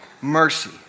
Mercy